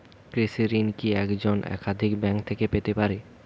কৃষিঋণ কি একজন একাধিক ব্যাঙ্ক থেকে পেতে পারে?